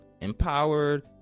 empowered